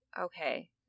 okay